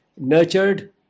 nurtured